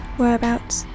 Whereabouts